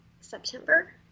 September